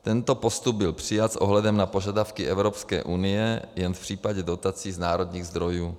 Tento postup byl přijat s ohledem na požadavky Evropské unie jen v případě dotací z národních zdrojů.